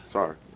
Sorry